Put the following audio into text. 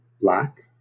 Black